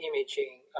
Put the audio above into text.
imaging